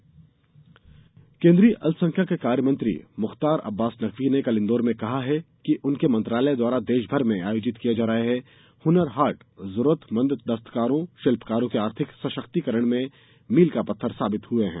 हुनर हाट केंद्रीय अल्पसंख्यक कार्य मंत्री मुख्तार अब्बास नकवी ने कल इंदौर में कहा है कि उनके मंत्रालय द्वारा देश भर में आयोजित किर्ये जा रहे हुनर हाट जरूरतमंद दस्तकारों शिल्पकारों के आर्थिक सशक्तिकरण में मील का पत्थर साबित हुए हैं